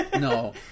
No